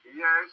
yes